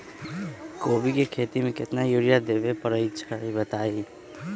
कोबी के खेती मे केतना यूरिया देबे परईछी बताई?